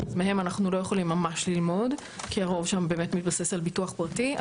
אז מהם אנחנו לא יכולים ממש ללמוד כי הרוב שם באמת מתבסס על ביטוח פרטי.